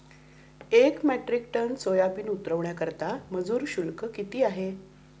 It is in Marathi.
एक मेट्रिक टन सोयाबीन उतरवण्याकरता मजूर शुल्क किती आहे?